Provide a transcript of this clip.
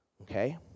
Okay